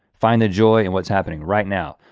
find the joy and what's happening right now.